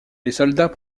soldats